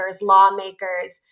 lawmakers